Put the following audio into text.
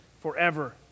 forever